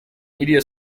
media